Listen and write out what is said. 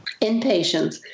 inpatients